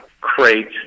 crate